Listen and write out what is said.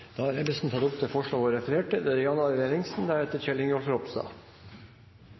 Da har representanten Margunn Ebbesen tatt opp det forslaget hun refererte til.